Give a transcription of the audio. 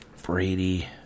Brady